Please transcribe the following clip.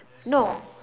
no